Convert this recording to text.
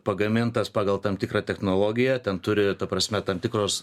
pagamintas pagal tam tikrą technologiją ten turi ta prasme tam tikros